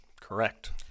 Correct